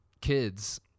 kids